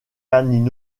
avec